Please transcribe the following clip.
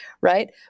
right